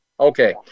Okay